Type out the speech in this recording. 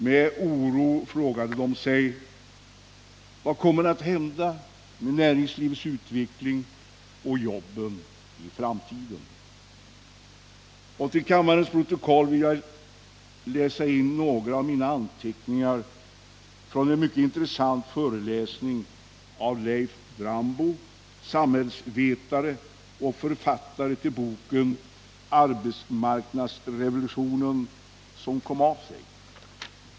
Med oro frågade man sig: Vad kommer att hända med näringslivets utveckling och jobben i framtiden? Till kammarens protokoll vill jag läsa in några av mina anteckningar från en mycket intressant föreläsning av Leif Drambo, samhällsvetare och författare till boken Arbetsmarknadsrevolutionen som kom av sig.